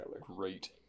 great